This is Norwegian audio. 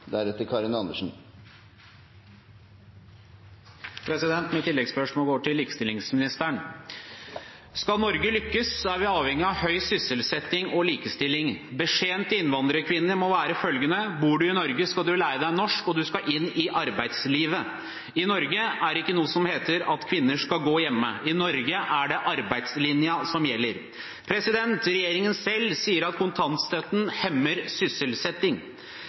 vi avhengig av høy sysselsetting og likestilling. Beskjeden til innvandrerkvinner må være følgende: Bor en i Norge, skal man lære seg norsk, og man skal inn i arbeidslivet. I Norge er det ikke noe som heter at kvinner skal gå hjemme. I Norge er det arbeidslinja som gjelder. Regjeringen selv sier at kontantstøtten hemmer sysselsetting.